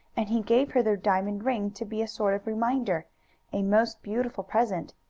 and he gave her the diamond ring to be a sort of reminder a most beautiful present.